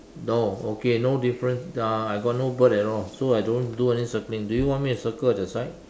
no okay no difference uh I got no bird at all so I don't do any circling do you want me to circle at the side